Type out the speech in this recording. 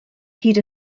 hyd